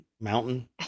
mountain